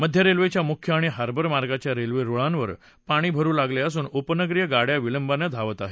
मध्य रेल्वेच्या मुख्य आणि हार्बर मार्गाच्या रेल्वे रुळावर पाणी भरू लागले असून उपनगरीय गाड्या विलबान धावत आहेत